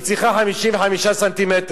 היא צריכה 55 ס"מ,